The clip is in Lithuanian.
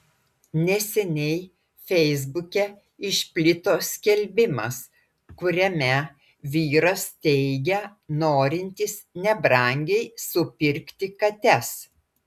neseniai feisbuke išplito skelbimas kuriame vyras teigia norintis nebrangiai supirkti kates